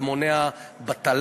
זה מונע בטלה,